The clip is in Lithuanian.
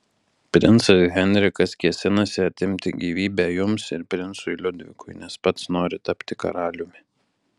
princas henrikas kėsinasi atimti gyvybę jums ir princui liudvikui nes pats nori tapti karaliumi